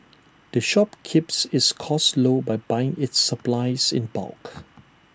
the shop keeps its costs low by buying its supplies in bulk